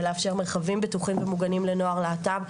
ולאפשר מרחבים בטוחים ומוגנים לנוער להט"ב,